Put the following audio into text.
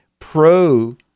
pro